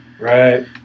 Right